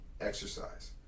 exercise